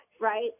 right